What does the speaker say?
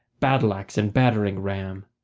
battle-axe and battering-ram.